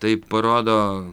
tai parodo